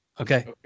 Okay